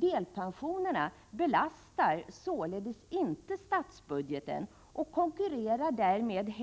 Delpensionerna belastar således inte statsbudgeten och konkurrerar därmed inte